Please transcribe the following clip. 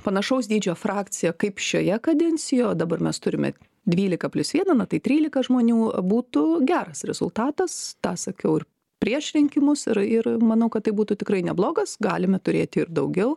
panašaus dydžio frakciją kaip šioje kadencijoj o dabar mes turime dvylika plius vieną na tai trylika žmonių būtų geras rezultatas tą sakiau ir prieš rinkimus ir ir manau kad tai būtų tikrai neblogas galime turėti ir daugiau